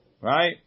Right